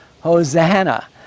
Hosanna